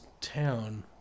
town